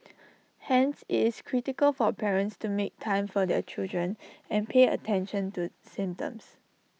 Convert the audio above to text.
hence it's critical for parents to make time for their children and pay attention to symptoms